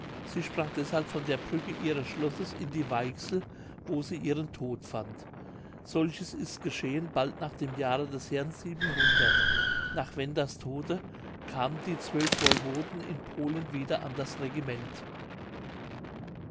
sie sprang deshalb von der brücke ihres schlosses in die weichsel wo sie ihren tod fand solches ist geschehen bald nach dem jahre des herrn nach wendas tode kamen die zwölf woiwoden in polen wieder an das regiment